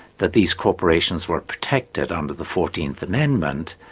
that these corporations were protected under the fourteenth amendment,